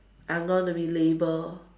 I'm going to be labelled